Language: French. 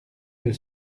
deux